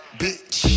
bitch